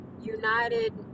United